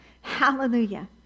Hallelujah